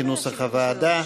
כנוסח הוועדה.